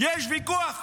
יש ויכוח.